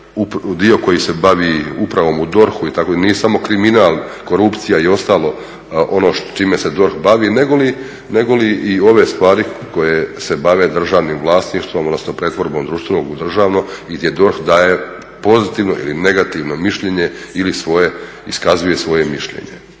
dio koji se bavi upravom u DORH-u itd. nije samo kriminal, korupcija i ostalo ono čime se DORH bavi negoli i ove stvari koje se bave državnim vlasništvom odnosno pretvorbom društvenog u državno i gdje DORH daje pozitivno ili negativno mišljenje ili iskazuje svoje mišljenje.